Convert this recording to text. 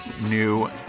new